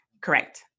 Correct